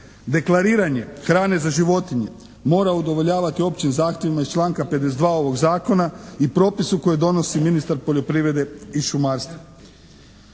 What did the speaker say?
Deklariranje hrane za životinje mora udovoljavati općim zahtjevima iz članka 52. ovog Zakona i propisu koji donosi ministar poljoprivrede i šumarstva.